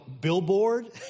billboard